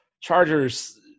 Chargers